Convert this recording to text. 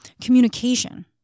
communication